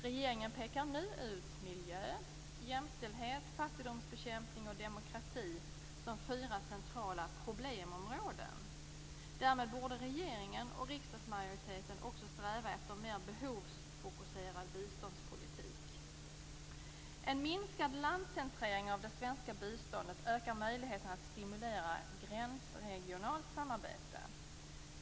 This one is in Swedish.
Regeringen pekar nu ut miljö, jämställdhet, fattigdomsbekämpning och demokrati som fyra centrala problemområden. Därmed borde regeringen och riksdagsmajoriteten också sträva efter en mer behovsfokuserad biståndspolitik. En minskad landcentrering av det svenska biståndet ökar möjligheterna att stimulera gränsregionalt samarbete.